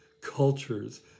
cultures